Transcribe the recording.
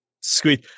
squeeze